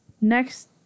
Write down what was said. Next